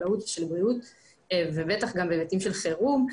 חקלאות ושל בריאות ובטח גם בהיבטים של חירום.